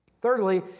Thirdly